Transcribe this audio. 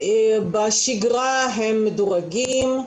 בשגרה הם מדורגים.